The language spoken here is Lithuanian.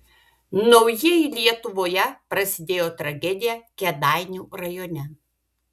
naujieji lietuvoje prasidėjo tragedija kėdainių rajone